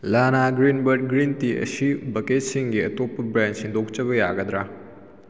ꯂꯥꯅꯥ ꯒ꯭ꯔꯤꯟꯕꯔꯠ green tea ꯑꯁꯤ ꯕꯛꯀꯦꯠꯁꯤꯡꯒꯤ ꯑꯇꯣꯞꯄ ꯕ꯭ꯔꯥꯟ ꯁꯤꯟꯗꯣꯛꯆꯕ ꯌꯥꯒꯗ꯭ꯔꯥ